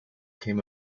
came